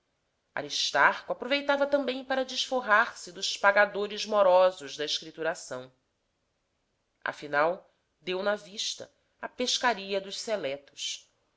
aristarco aproveitava também para desforrar-se dos pagadores morosos da escrituração afinal deu na vista a pescaria dos seletos